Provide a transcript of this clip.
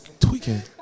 tweaking